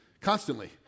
constantly